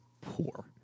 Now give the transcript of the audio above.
poor